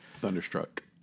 Thunderstruck